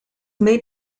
may